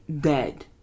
dead